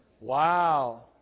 Wow